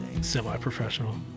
semi-professional